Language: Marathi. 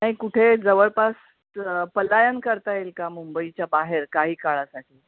काही कुठे जवळपास पलायन करता येईल का मुंबईच्या बाहेर काही काळासाठी